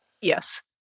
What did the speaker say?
Yes